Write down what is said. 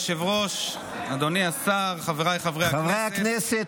לוי, חבר הכנסת